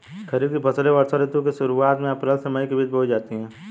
खरीफ की फसलें वर्षा ऋतु की शुरुआत में अप्रैल से मई के बीच बोई जाती हैं